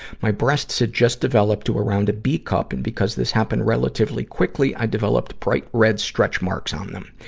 my breasts had just developed to around a b cup, and because this happened relatively quickly i developed bright red stretch marks on them.